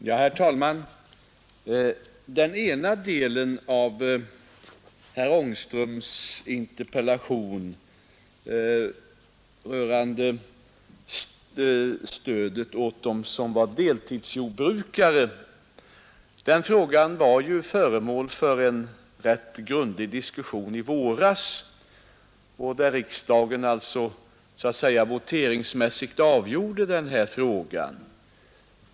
Herr talman! Den fräga som tas upp i ena delen av herr Angströms interpellation rörande stödet åt deltidsjordbrukare var ju föremäl för en rätt grundlig diskussion i våras, då riksdagen voteringsmässigt avgjorde frågan.